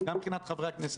שמענו את הנאומים של גנץ,